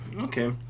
Okay